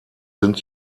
sind